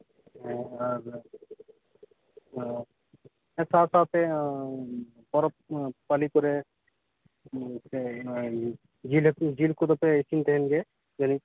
ᱦᱮᱸ ᱥᱟᱶ ᱥᱟᱶᱛᱮ ᱯᱚᱨᱚᱵᱽ ᱯᱟᱞᱤ ᱠᱚᱨᱮ ᱚᱱᱟ ᱡᱤᱞ ᱦᱟᱠᱩ ᱡᱤᱞ ᱠᱚᱫᱚ ᱯᱮ ᱤᱥᱤᱱ ᱛᱟᱦᱮᱱ ᱜᱮ